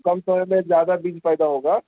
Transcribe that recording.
کم سمے میں زیادہ بیج پیدا ہوگا